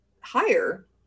higher